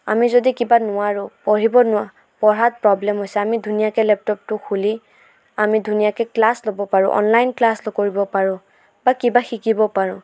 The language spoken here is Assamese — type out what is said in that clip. আমি যদি কিবা নোৱাৰোঁ পঢ়িব নোৱাৰা পঢ়াত প্ৰ'ব্লেম হৈছে আমি ধুনীয়াকৈ লেপটপটো খুলি আমি ধুনীয়াকৈ ক্লাছ ল'ব পাৰোঁ অনলাইন ক্লাছো কৰিব পাৰোঁ বা কিবা শিকিব পাৰোঁ